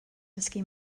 dysgu